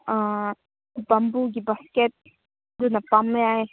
ꯕꯦꯝꯕꯨꯒꯤ basket ꯑꯗꯨꯅ ꯄꯥꯝꯃꯦ ꯑꯩ